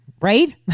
right